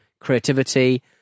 creativity